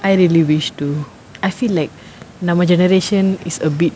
I really wish too I feel like now my generation is a bit